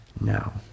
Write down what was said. now